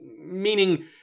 meaning